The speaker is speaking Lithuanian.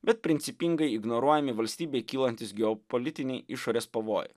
bet principingai ignoruojami valstybei kylantys geopolitiniai išorės pavojai